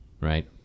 right